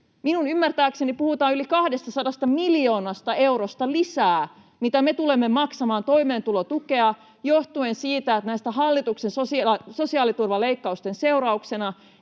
Minun ymmärtääkseni puhutaan yli 200 miljoonasta eurosta lisää, mitä me tulemme maksamaan toimeentulotukea johtuen siitä, että näiden hallituksen sosiaaliturvaleikkausten seurauksena